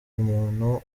umuntu